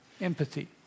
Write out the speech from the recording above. empathy